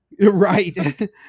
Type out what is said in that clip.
right